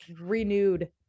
renewed